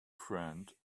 friend